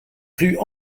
rue